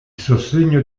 sostegno